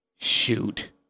Shoot